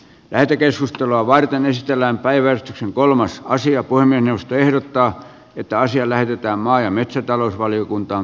lähetekeskustelua varten ystävänpäivän kolmas asia kuin puhemiesneuvosto ehdottaa että asia lähetetään maa ja metsätalousvaliokuntaan